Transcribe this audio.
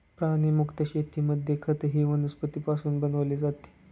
प्राणीमुक्त शेतीमध्ये खतही वनस्पतींपासून बनवले जाते